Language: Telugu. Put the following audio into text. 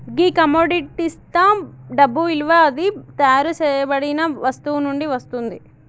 గీ కమొడిటిస్తా డబ్బు ఇలువ అది తయారు సేయబడిన వస్తువు నుండి వస్తుంది